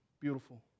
Beautiful